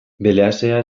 belazea